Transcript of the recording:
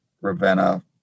Ravenna